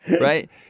right